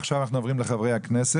עכשיו אנחנו עוברים לחברי הכנסת.